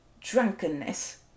drunkenness